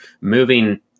moving